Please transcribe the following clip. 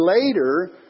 later